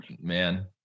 Man